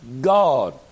God